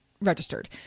registered